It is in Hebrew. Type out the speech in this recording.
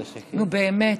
נו, באמת.